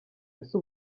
ese